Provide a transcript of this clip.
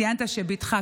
ציינת שבתך,